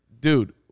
Dude